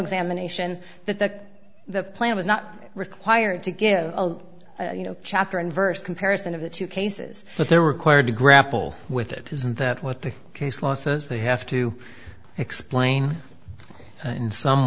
examination that the plan was not required to give a well you know chapter and verse comparison of the two cases but they're required to grapple with it isn't that what the case law says they have to explain in some